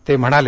ते म्हणाले